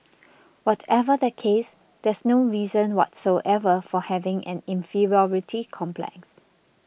whatever the case there's no reason whatsoever for having an inferiority complex